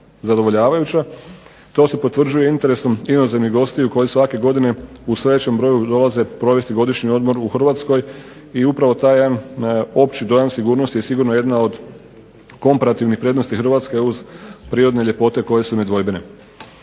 To se potvrđuje interesom inozemnih gostiju koji svake godine u sve većem broju dolaze provesti godišnji odmor u Hrvatskoj i upravo taj jedan opći dojam sigurnosti je sigurno jedna od komparativnih prednosti Hrvatske uz prirodne ljepote koje su nedvojbene.